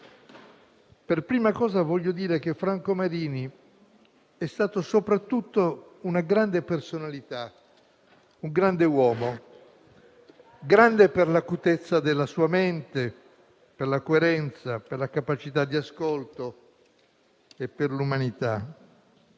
per prima cosa voglio dire che Franco Marini è stato soprattutto una grande personalità, un grande uomo: grande per l'acutezza della sua mente, per la coerenza, per la capacità di ascolto e per l'umanità;